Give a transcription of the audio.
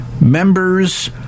members